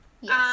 Yes